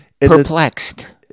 perplexed